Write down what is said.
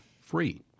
free